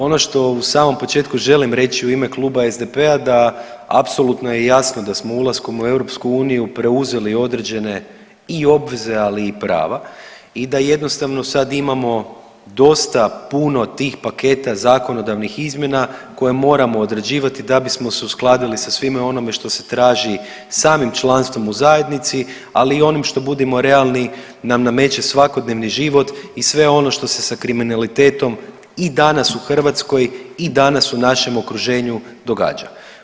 Ono što u samom početku želim reći u ime Kluba SDP-a da apsolutno je jasno da smo ulaskom u EU preuzeli određene i obveze, ali i prava i da jednostavno sad imamo dosta puno tih paketa zakonodavnih izmjena koje moramo odrađivati da bismo se uskladili sa svime onome što se traži samim članstvom u zajednici, ali i onim što budimo realni nam nameće svakodnevni život i sve ono što se sa kriminalitetom i danas u Hrvatskoj i danas u našem okruženju događa.